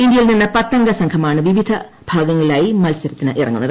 ഇന്ത്യയിൽ നിന്ന് പത്തംഗസംഘമാണ് വിവിധ വിഭാഗങ്ങളിലായി മത്സരത്തിന് ഇറങ്ങുന്നത്